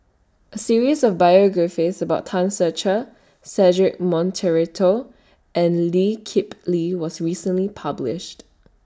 A series of biographies about Tan Ser Cher Cedric Monteiro and Lee Kip Lee was recently published